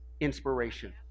inspiration